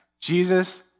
Jesus